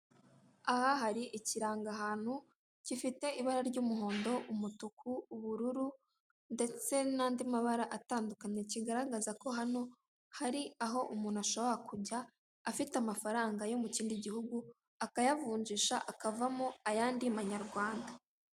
Aha hari ikirangahantu gifite ibara ry'umuhondo umutuku, ubururu ndetse n'andi mabara atandukanye, kigaragaza ko hano hari aho umuntu ashobora kujya afite amafaranga yo mu kindi gihugu akayavunjisha akavamo ayandi manyarwanda.